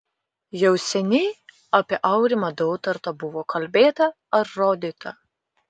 jau seniai apie aurimą dautartą buvo kalbėta ar rodyta